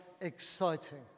exciting